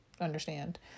understand